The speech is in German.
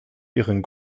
ihren